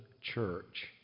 church